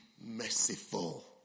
merciful